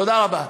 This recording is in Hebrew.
תודה רבה.